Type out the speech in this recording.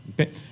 Okay